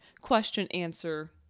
question-answer